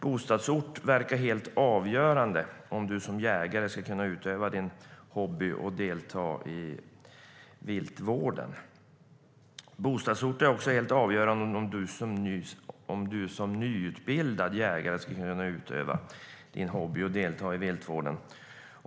Bostadsorten verkar vara helt avgörande för om du som jägare ska kunna utöva din hobby och delta i viltvården. Bostadsorten är också helt avgörande för om du som nyutbildad jägare ska kunna utöva din hobby och delta i viltvården.